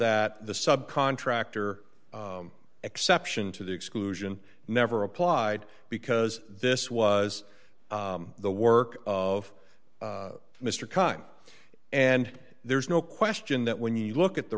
that the subcontractor exception to the exclusion never applied because this was the work of mr khan and there's no question that when you look at the